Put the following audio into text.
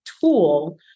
tool